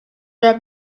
are